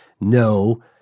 no